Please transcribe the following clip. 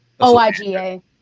OIGA